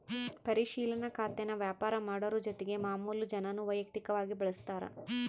ಪರಿಶಿಲನಾ ಖಾತೇನಾ ವ್ಯಾಪಾರ ಮಾಡೋರು ಜೊತಿಗೆ ಮಾಮುಲು ಜನಾನೂ ವೈಯಕ್ತಕವಾಗಿ ಬಳುಸ್ತಾರ